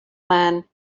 man